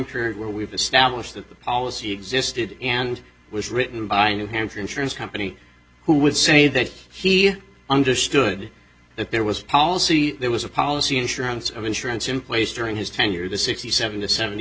period where we've established that the policy existed and was written by new hampshire insurance company who would say that he understood that there was policy there was a policy insurance of insurance in place during his tenure the sixty seven to seventy